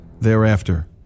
thereafter